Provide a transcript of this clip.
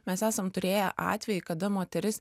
mes esam turėję atvejį kada moteris